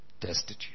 destitute